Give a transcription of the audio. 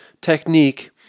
technique